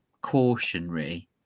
cautionary